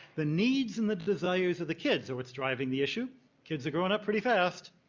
the needs and the desires of the kids are what's driving the issue kids are growing up pretty fast,